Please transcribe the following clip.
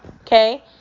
Okay